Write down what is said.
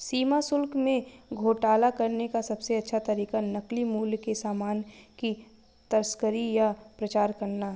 सीमा शुल्क में घोटाला करने का सबसे अच्छा तरीका नकली मूल्य के सामान की तस्करी या प्रचार करना है